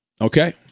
Okay